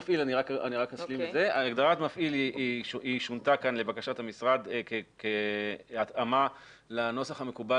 לבקשת המשרד הגדרת מפעיל שונתה כאן כהתאמה לנוסח המקובל